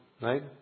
right